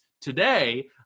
today